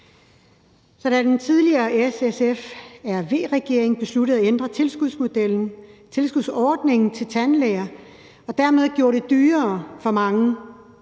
da den tidligere S-SF-RV-regering besluttede at ændre tilskudsordningen til tandlæger og dermed gjorde det dyrere for mange,